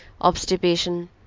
obstipation